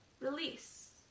Release